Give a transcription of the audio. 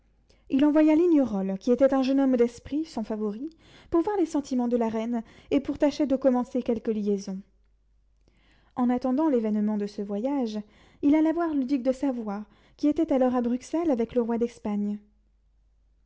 il envoya lignerolles qui était un jeune homme d'esprit son favori pour voir les sentiments de la reine et pour tâcher de commencer quelque liaison en attendant l'événement de ce voyage il alla voir le duc de savoie qui était alors à bruxelles avec le roi d'espagne